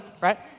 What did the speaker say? right